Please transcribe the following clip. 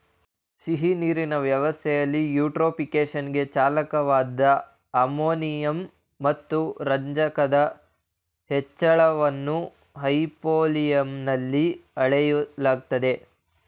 ಸಿಹಿನೀರಿನ ವ್ಯವಸ್ಥೆಲಿ ಯೂಟ್ರೋಫಿಕೇಶನ್ಗೆ ಚಾಲಕವಾದ ಅಮೋನಿಯಂ ಮತ್ತು ರಂಜಕದ ಹೆಚ್ಚಳವನ್ನು ಹೈಪೋಲಿಯಂನಲ್ಲಿ ಅಳೆಯಲಾಗ್ತದೆ